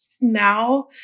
now